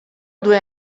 due